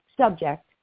subject